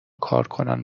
کارکنان